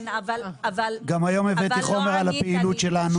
גם היום הבאתי חומר על הפעילות שלנו.